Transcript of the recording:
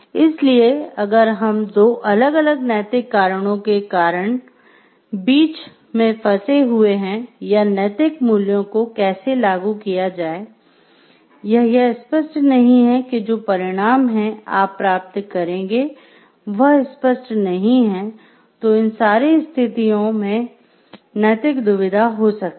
इसलिए अगर हम दो अलग -अलग नैतिक कारणों के कारण बीच फंसे हुए हैं या नैतिक मूल्यों को कैसे लागू किया जाए या यह स्पष्ट नहीं है कि जो परिणाम है आप प्राप्त करेंगे वह स्पष्ट नहीं है तो इन सारी स्थितियाँ मेँ नैतिक दुविधा हो सकती है